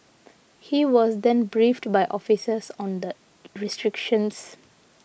he was then briefed by officers on the restrictions